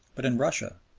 but in russia,